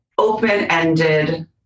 open-ended